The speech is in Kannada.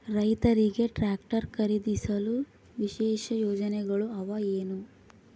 ರೈತರಿಗೆ ಟ್ರಾಕ್ಟರ್ ಖರೇದಿಸಲು ವಿಶೇಷ ಯೋಜನೆಗಳು ಅವ ಏನು?